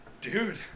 Dude